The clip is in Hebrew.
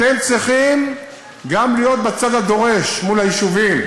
אתם צריכים גם להיות בצד הדורש מול היישובים,